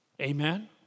Amen